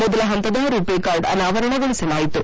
ಮೊದಲ ಪಂತದ ರುಪೆ ಕಾರ್ಡ್ ಅನಾವರಣಗೊಳಿಸಲಾಯಿತು